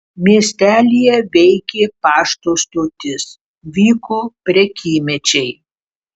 miestelyje veikė pašto stotis vyko prekymečiai